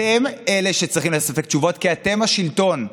אתם אלה שצריכים לספק תשובות, כי אתם השלטון.